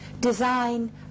design